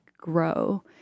grow